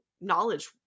knowledge